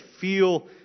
feel